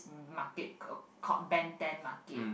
market c~ called Ben-Thanh-Market